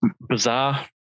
bizarre